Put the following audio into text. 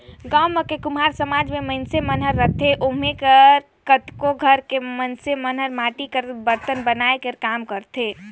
गाँव म कुम्हार समाज के मइनसे मन ह रहिथे ओमा के कतको घर के मइनस मन ह माटी के बरतन बनाए के काम करथे